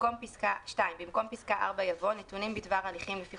במקום פסקה (4) יבוא: "(4) נתונים בדבר הליכים לפי